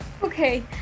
Okay